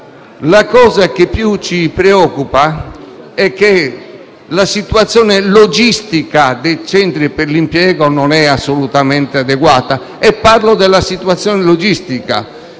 La cosa che più ci preoccupa è che la situazione logistica dei centri per l'impiego non è assolutamente adeguata. Non solo, ma se poi si